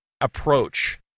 approach